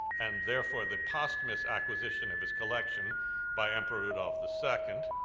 and therefore, the posthumous acquisition of his collection by emperor rudolph the second,